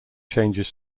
changes